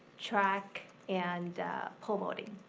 track and coed bowling.